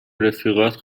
رفیقات